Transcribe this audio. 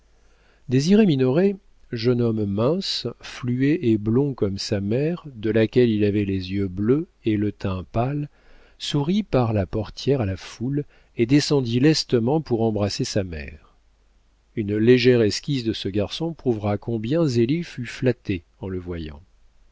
désiré minoret jeune homme mince fluet et blond comme sa mère de laquelle il avait les yeux bleus et le teint pâle sourit par la portière à la foule et descendit lestement pour embrasser sa mère une légère esquisse de ce garçon prouvera combien zélie fut flattée en le voyant